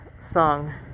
song